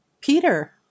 Peter